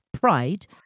pride